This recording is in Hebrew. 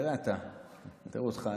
תראה אותך,